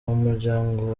muryango